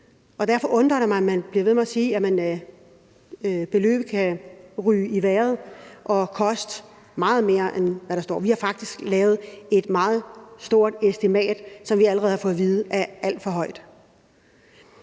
og derfor undrer det mig, at man bliver ved med at sige, at beløbet kan ryge i vejret og koste meget mere, end hvad der står her. Vi har faktisk lavet et meget stort estimat, som vi allerede har fået at vide er alt for højt.